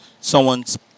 someone's